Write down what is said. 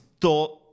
thought